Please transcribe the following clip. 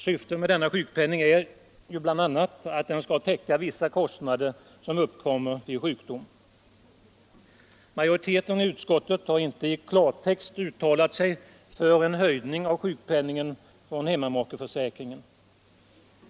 Syftet med denna sjukpenning är bl.a. att den skall täcka vissa kostnader som uppkommer vid sjukdom. Majoriteten i utskottet har inte i klartext uttalat sig för en höjning av sjukpenningen från hemmamakeförsäkringen.